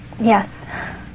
yes